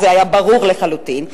זה היה ברור לחלוטין.